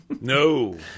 no